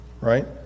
right